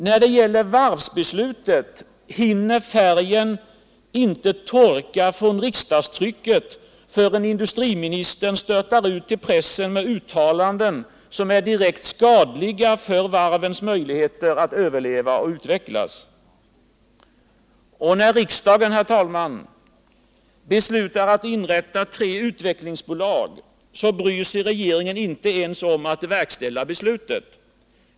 När det gäller varvsbeslutet hinner färgen inte torka på riksdagstrycket förrän industriministern störtar ut till pressen med uttalanden som är direkt skadliga för varvens möjligheter att överleva och utvecklas. När riksdagen, herr talman, beslutar att inrätta tre utvecklingsbolag, bryr sig regeringen inte ens om att verkställa beslutet.